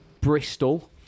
Bristol